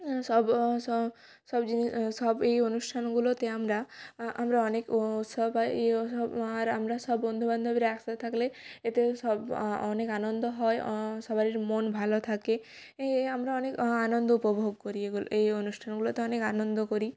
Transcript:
সব সব সব জিনিস সব এই অনুষ্ঠানগুলোতে আমরা আমরা অনেক ও সবাই ও সব আর আমরা সব বন্ধু বান্ধবীরা একসাথে থাকলে এতে সব অনেক আনন্দ হয় সবারই মন ভালো থাকে এই আমরা অনেক আনন্দ উপভোগ করি এগুলো এই অনুষ্ঠানগুলোতে অনেক আনন্দ করি